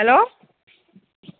hello